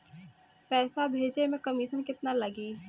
पैसा भेजे में कमिशन केतना लागि?